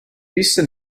visse